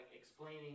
explaining